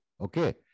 Okay